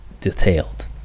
detailed